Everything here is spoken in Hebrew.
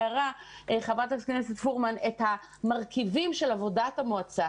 כשחברת הכנסת פורמן תיארה קודם את המרכיבים של עבודת המועצה,